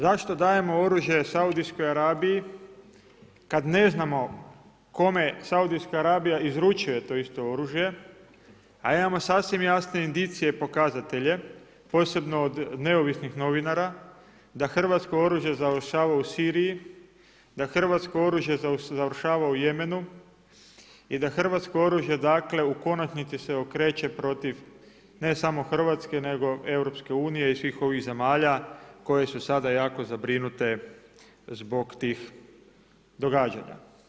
Zašto dajemo oružje Saudijskoj Arabiji kada ne znamo kome Saudijska Arabija izručuje to isto oružje, a imamo sasvim jasne indicije pokazatelje, posebno od neovisnih novinara da hrvatsko oružje završava u Siriji, da hrvatsko oružje završava u Jemenu i da hrvatsko oružje u konačnici se okreće protiv ne samo Hrvatske nego EU i svih ovih zemalja koje su sada jako zabrinute zbog tih događanja.